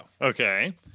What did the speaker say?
Okay